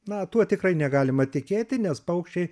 na tuo tikrai negalima tikėti nes paukščiai